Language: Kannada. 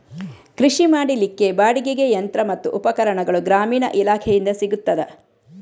ಕೃಷಿ ಮಾಡಲಿಕ್ಕೆ ಬಾಡಿಗೆಗೆ ಯಂತ್ರ ಮತ್ತು ಉಪಕರಣಗಳು ಗ್ರಾಮೀಣ ಇಲಾಖೆಯಿಂದ ಸಿಗುತ್ತದಾ?